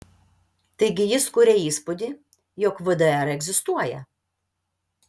taigi jis kuria įspūdį jog vdr egzistuoja